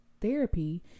therapy